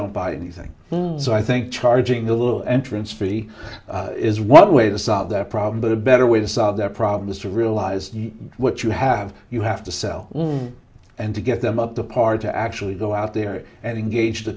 don't buy anything so i think charging a little entrance fee is one way to solve their problem but a better way to solve their problem is to realize what you have you have to sell and to get them up to par to actually go out there and engage t